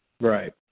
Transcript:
Right